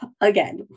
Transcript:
again